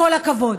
כל הכבוד,